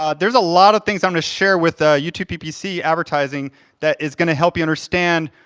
ah there's a lot of things i'm gonna share with the youtube ppc advertising that is gonna help you understand,